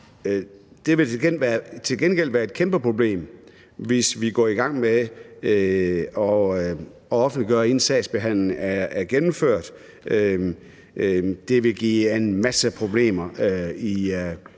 Det vil til gengæld være et kæmpe problem, hvis vi går i gang med at offentliggøre, inden sagsbehandlingen er gennemført. Det ville give en masse problemer, hvis